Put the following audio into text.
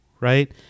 right